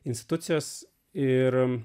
institucijos ir